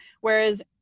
Whereas